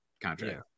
contract